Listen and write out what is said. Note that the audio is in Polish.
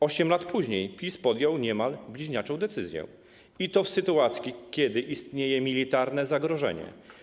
8 lat później PiS podjął niemal bliźniaczą decyzję, i to w sytuacji, kiedy istnieje militarne zagrożenie.